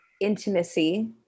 Intimacy